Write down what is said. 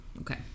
okay